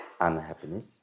unhappiness